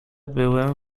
byłem